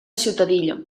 ciutadilla